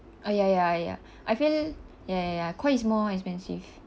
ah ya ya ya I feel ya ya ya Koi is more expensive